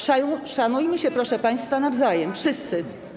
Szanujmy się, proszę państwa, nawzajem, wszyscy.